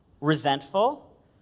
resentful